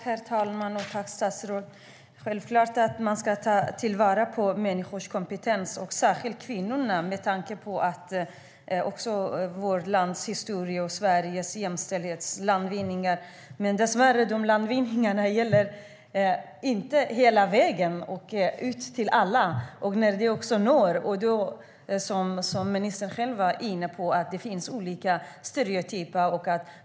Herr talman! Tack, statsrådet! Det är självklart att man ska ta till vara människors kompetens, särskilt kvinnors, med tanke på vårt lands historia och Sveriges landvinningar när det gäller jämställdhet. Men de landvinningarna gäller dessvärre inte hela vägen, ut till alla. Ministern var själv inne på att det finns olika stereotyper.